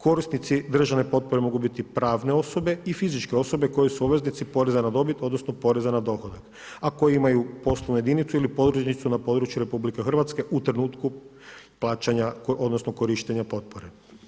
Korisnici državne potpore mogu biti pravne osobe i fizičke osobe koje su obveznici poreza na dobiti odnosno poreza na dohodak a koji imaju poslovnu jedinicu ili podružnicu na području RH u trenutku plaćanja odnosno korištenja potpore.